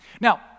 Now